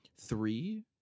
three